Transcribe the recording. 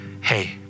hey